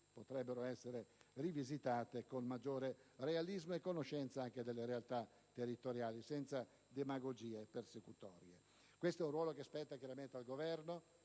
potrebbero essere rivisitate con maggiore realismo e conoscenza anche delle realtà territoriali, senza demagogie persecutorie. Questo è un ruolo che spetta chiaramente al Governo